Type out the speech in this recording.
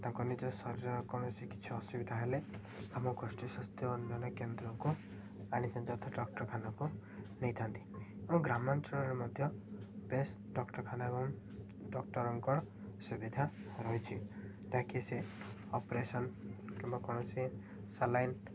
ତାଙ୍କ ନିଜ ଶରୀରର କୌଣସି କିଛି ଅସୁବିଧା ହେଲେ ଆମ ଗୋଷ୍ଠୀ ସ୍ୱାସ୍ଥ୍ୟ ଅନ୍ୟାନ୍ୟ କେନ୍ଦ୍ରକୁ ଆଣିଥାନ୍ତି ଯଥା ଡକ୍ଟରଖାନାକୁ ନେଇଥାନ୍ତି ଏବଂ ଗ୍ରାମାଞ୍ଚଳରେ ମଧ୍ୟ ବେଶ ଡକ୍ଟରଖାନା ଏବଂ ଡକ୍ଟରଙ୍କର ସୁବିଧା ରହିଛିି ଯାହାକି ସେ ଅପରେସନ୍ କିମ୍ବା କୌଣସି ସାଲାଇନ୍